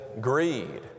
greed